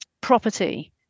property